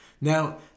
Now